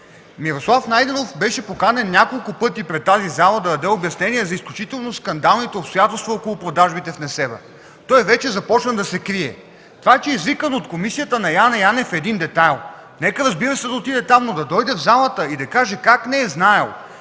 Мирослав Найденов беше поканен няколко пъти пред тази зала да даде обяснение за изключително скандалните обстоятелства около продажбите в Несебър. Той вече започна да се крие. Това, че е извикан от комисията на Яне Янев, е един детайл. Нека, разбира се, да отиде там, но да дойде в залата и да каже как не е знаел,